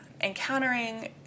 encountering